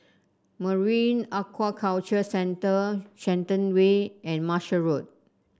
Marine Aquaculture Centre Shenton Way and Marshall Road